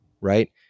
right